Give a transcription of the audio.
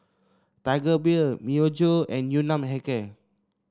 Tiger Beer Myojo and Yun Nam Hair Care